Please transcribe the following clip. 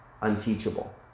unteachable